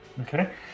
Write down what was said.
Okay